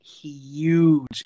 huge